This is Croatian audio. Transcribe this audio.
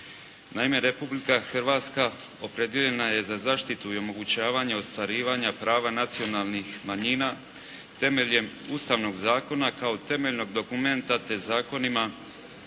Naime Republika Hrvatska opredijeljena je za zaštitu i omogućavanje ostvarivanja prava nacionalnih manjina temeljem Ustavnog zakona kao temeljnog dokumenta te zakonima, Zakon